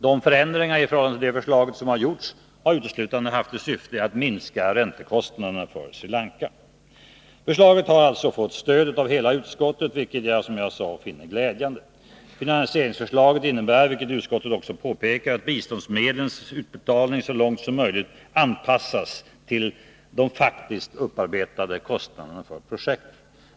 De förändringar i förhållande till det förslaget som gjorts har uteslutande till syfte att minska räntekostnaderna för Sri Lanka. Förslaget har alltså fått stöd av hela utskottet, vilket jag, som jag sade, finner glädjande. Finansieringsförslaget innebär, som utskottet också påpekar, att biståndsmedlens utbetalning så långt möjligt anpassas till de faktiska kostnaderna för projektet.